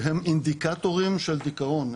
שהם אינדיקטורים של דיכאון.